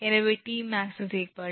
எனவே 𝑇𝑚𝑎𝑥 1